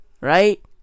right